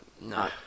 no